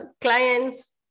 clients